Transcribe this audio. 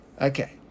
okay